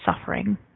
suffering